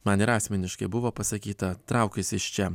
man ir asmeniškai buvo pasakyta traukis iš čia